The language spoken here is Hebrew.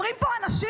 אומרים פה אנשים: